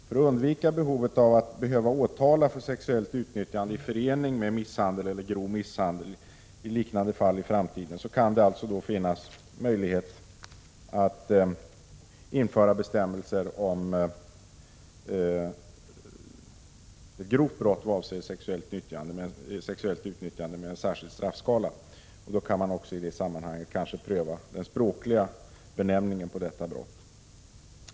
För att undvika behovet av att åtala för sexuellt utnyttjande i förening med misshandel eller grov misshandel i liknande fall i framtiden kan det alltså finnas skäl att införa bestämmelser om grovt brott vad avser sexuellt utnyttjande med en särskild straffskala. I sammanhanget kan man då också pröva den språkliga benämningen på detta brott.